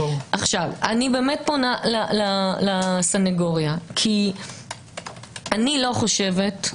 אני פונה לסנגוריה כי אני לא חושבת,